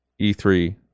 E3